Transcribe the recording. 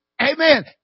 amen